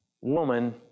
woman